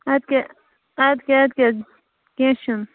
اَدٕ کیٛاہ اَدٕ کیٛاہ اَدٕ کیٛاہ کیٚنٛہہ چھُنہٕ